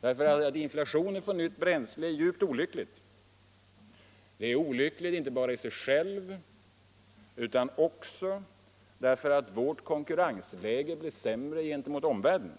Att inflationen har fått nytt bränsle är djupt olyckligt. Det är olyckligt inte bara i sig självt utan också därför att vårt konkurrensläge blir sämre gentemot omvärlden.